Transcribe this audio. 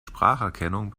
spracherkennung